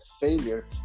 failure